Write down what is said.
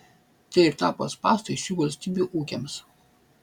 tai ir tapo spąstais šių valstybių ūkiams